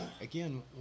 again